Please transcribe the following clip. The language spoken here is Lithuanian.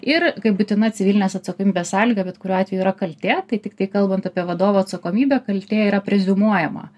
ir kaip būtina civilinės atsakomybės sąlyga bet kuriuo atveju yra kaltė tai tiktai kalbant apie vadovo atsakomybę kaltė yra preziumuojama